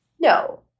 No